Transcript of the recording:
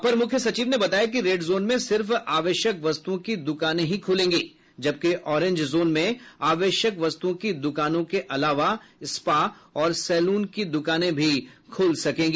अपर मुख्य सचिव ने बताया कि रेड जोन में सिर्फ आवश्यक वस्तुओं की दुकानें ही खूलेंगी जबकि ऑरेंज जोन में आवश्यक वस्त्ओं के द्कानों के अलावा स्पा और सैलून की दुकानें भी खुल सकेंगी